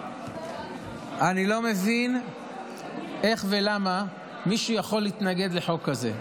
אני לא מבין איך ולמה מישהו יכול להתנהג לחוק כזה.